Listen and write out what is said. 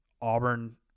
Auburn